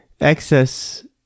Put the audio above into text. Excess